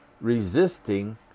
resisting